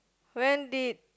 when did